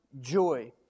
joy